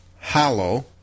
hollow